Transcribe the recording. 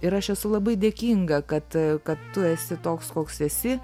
ir aš esu labai dėkinga kad kad tu esi toks koks esi